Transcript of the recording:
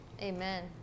Amen